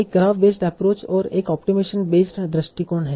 एक graph based approach और एक ऑप्टिमाइजेशन बेस्ड दृष्टिकोण